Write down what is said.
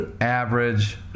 average